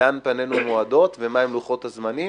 לאן פנינו מועדות ומה הם לוחות הזמנים,